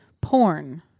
porn